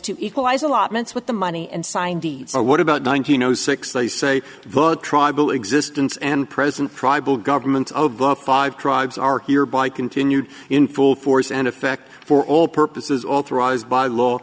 to equalize allotments with the money and signed a what about nine hundred six they say the tribal existence and present tribal governments five tribes are hereby continued in full force and effect for all purposes authorized by law